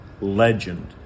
Legend